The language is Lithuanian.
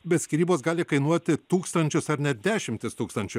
bet skyrybos gali kainuoti tūkstančius ar net dešimtis tūkstančių